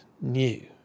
new